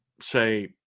say